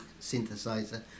synthesizer